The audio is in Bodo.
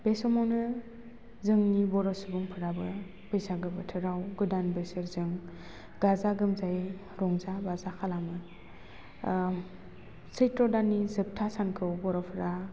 बे समावनो जोंनि बर' सुबुंफोराबो बैसागु बोथोराव गोदान बोसोरजों गाजा गोमजायै रंजा बाजा खालामो सैथ्र दाननि जोबथा सानखौ बर'फोरा